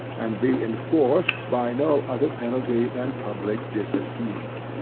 and be enforced by no other penalty than public disesteem.